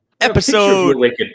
Episode